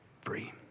free